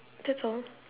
that's all